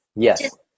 yes